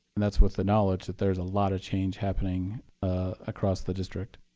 and that's with the knowledge that there's a lot of change happening across the district.